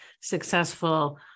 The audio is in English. successful